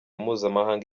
mpuzamahanga